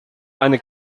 eine